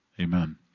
Amen